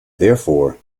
therefore